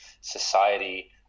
society